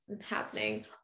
happening